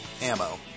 ammo